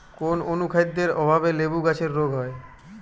কোন অনুখাদ্যের অভাবে লেবু গাছের রোগ হয়?